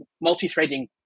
multi-threading